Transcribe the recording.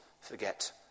forget